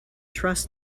trust